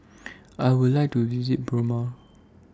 I Would like to visit Burma